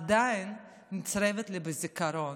עדיין צרובה לי בזיכרון.